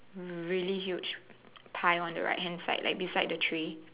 really huge pie on the right hand side like beside the tray